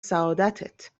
سعادتت